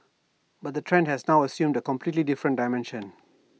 but the trend has now assumed A completely different dimension